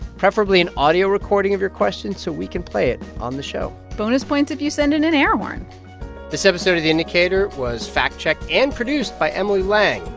preferably an audio recording of your question so we can play it on the show bonus points if you send in an air horn this episode of the indicator was fact-checked and produced by emily lang.